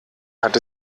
hat